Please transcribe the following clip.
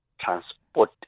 transport